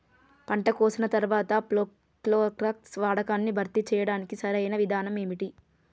పంట కోసిన తర్వాత ప్రోక్లోరాక్స్ వాడకాన్ని భర్తీ చేయడానికి సరియైన విధానం ఏమిటి?